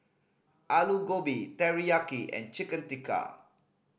Alu Gobi Teriyaki and Chicken Tikka